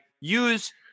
use